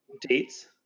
dates